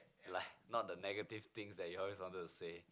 like not the negative thing that you always wanted to say